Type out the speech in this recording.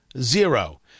zero